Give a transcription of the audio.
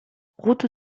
route